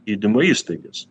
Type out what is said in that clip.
gydymo įstaigas